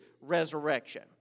resurrection